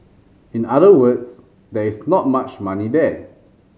in other words there is not much money there